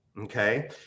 Okay